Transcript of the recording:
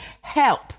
help